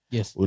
Yes